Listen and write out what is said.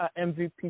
MVP